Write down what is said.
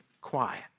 quiet